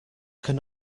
can